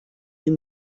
wie